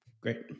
Great